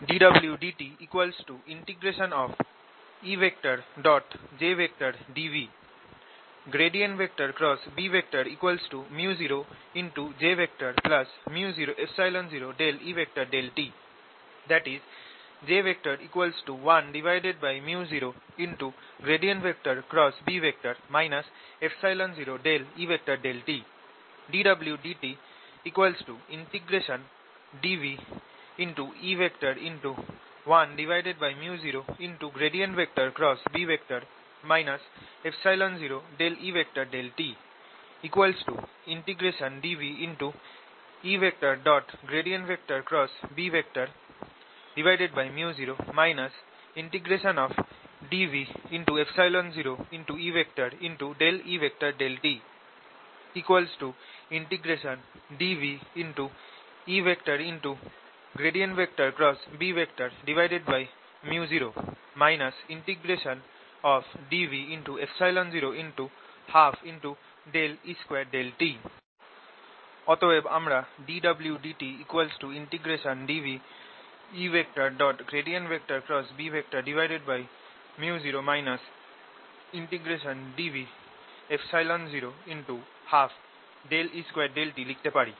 dwdtE jdv B µojµ00E∂t ie j 1µoB 0E∂t dwdt dvE1µoB 0E∂t dvEµo dv0E E∂t dvEµo dv012E2∂t অতএব আমরা dwdtdvEµo dv012E2∂t লিখতে পারি